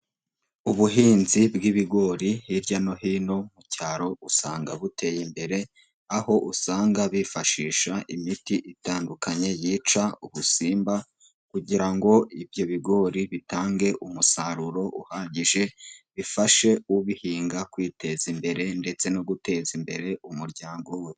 Ubuhinzi bw'ibigori hirya no hino mu cyaro usanga buteye imbere aho usanga bifashisha imiti itandukanye yica ubusimba kugira ngo ibyo bigori bitange umusaruro uhagije bifashe ubihinga kwiteza imbere ndetse no guteza imbere umuryango we.